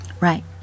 Right